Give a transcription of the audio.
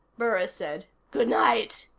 burris said. good night.